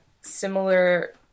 similar